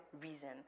reason